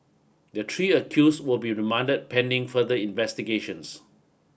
the tree accuse will be remanded pending further investigations